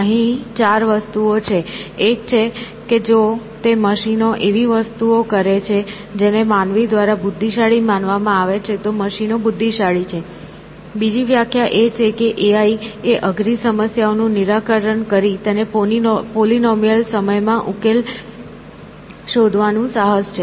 અહીં 4 વસ્તુઓ છે એક છે કે જો તે મશીનો એવી વસ્તુઓ કરે છે જેને માનવી દ્વારા બુદ્ધિશાળી માનવામાં આવે છે તો મશીનો બુદ્ધિશાળી છે બીજી વ્યાખ્યા એ છે કે એઆઈ એ અઘરી સમસ્યાઓનું નિરાકરણ કરી તેને પોલીનોમિયલ સમય માં ઉકેલો શોધવાનું સાહસ છે